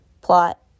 plot